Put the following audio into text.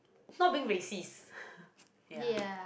it's not being racist ya